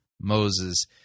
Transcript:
Moses